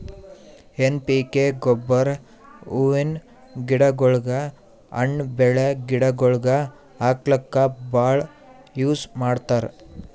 N P K ಗೊಬ್ಬರ್ ಹೂವಿನ್ ಗಿಡಗೋಳಿಗ್, ಹಣ್ಣ್ ಬೆಳ್ಯಾ ಗಿಡಗೋಳಿಗ್ ಹಾಕ್ಲಕ್ಕ್ ಭಾಳ್ ಯೂಸ್ ಮಾಡ್ತರ್